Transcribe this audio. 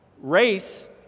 Race